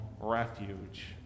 refuge